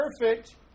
perfect